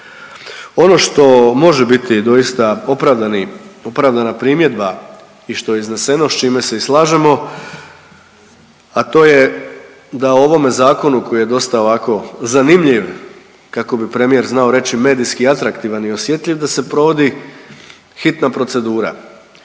Ono što može biti doista opravdana primjedba i što je izneseno s čime se i slažemo, a to je da o ovome zakonu koji je dosta ovako zanimljiv kako bi premijer znao reći, medijski atraktivan i osjetljiv da se provodi hitna procedura.